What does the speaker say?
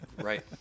Right